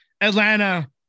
Atlanta